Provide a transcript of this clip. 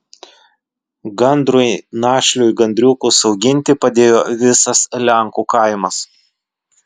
gandrui našliui gandriukus auginti padėjo visas lenkų kaimas